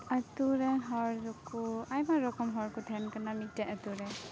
ᱟᱛᱳ ᱨᱮᱱ ᱦᱚᱲ ᱫᱚᱠᱚ ᱟᱭᱢᱟ ᱨᱚᱠᱚᱢ ᱦᱚᱲ ᱠᱚ ᱛᱟᱦᱮᱱ ᱠᱟᱱᱟ ᱢᱤᱫᱴᱮᱱ ᱟᱛᱳ ᱨᱮ